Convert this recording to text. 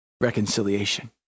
reconciliation